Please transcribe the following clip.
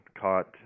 caught